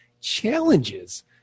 challenges